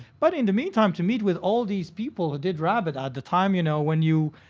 but in the meantime, to meet with all these people who did rabbit at the time, you know, when you.